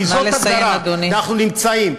כי זאת הגדרה שבה אנחנו נמצאים,